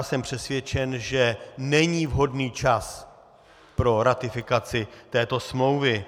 Jsem přesvědčen, že není vhodný čas pro ratifikaci této smlouvy.